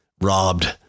robbed